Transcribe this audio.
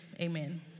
amen